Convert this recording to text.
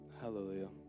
Hallelujah